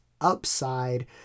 upside